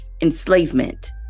enslavement